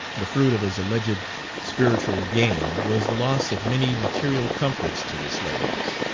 the fruit of his alleged spiritual gain, was the loss of many material comforts to the slaves.